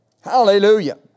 Hallelujah